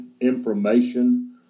information